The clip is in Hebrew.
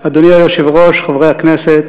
זוהי כנסת